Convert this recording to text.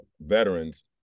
veterans